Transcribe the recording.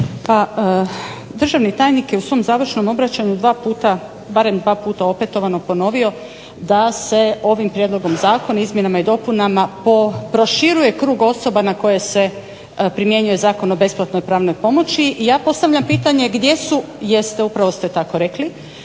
Pa državni tajnik je u svom završnom obraćanju dva puta, barem dva puta opetovano ponovio da se ovim prijedlogom zakona, izmjenama i dopunama proširuje krug osoba na koje se primjenjuje Zakon o besplatnoj pravnoj pomoći. Ja postavljam pitanje gdje su, jeste upravo ste tako rekli,